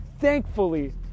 Thankfully